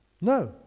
No